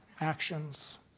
actions